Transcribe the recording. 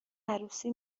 عروسی